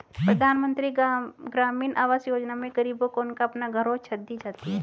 प्रधानमंत्री ग्रामीण आवास योजना में गरीबों को उनका अपना घर और छत दी जाती है